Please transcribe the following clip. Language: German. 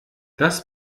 das